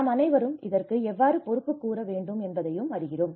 நாம் அனைவரும் இதற்கு எவ்வாறு பொறுப்புக்கூற வேண்டும் என்பதனையும் அறிகிறோம்